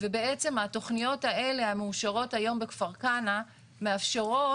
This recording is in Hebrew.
ובעצם התכניות האלה המאושרות היום בכפר כנא מאפשרות